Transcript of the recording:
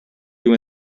you